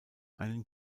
einen